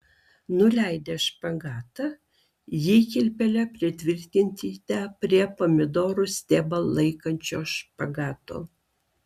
nuleidę špagatą jį kilpele pritvirtinkite prie pomidoro stiebą laikančio špagato